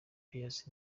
pius